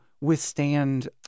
withstand